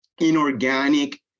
inorganic